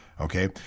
Okay